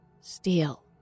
Steel